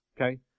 Okay